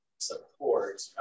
support